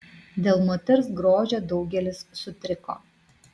dėl moters grožio daugelis sutriko